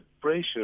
pressure